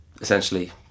essentially